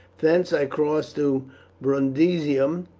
thence i crossed to brundusium.